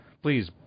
Please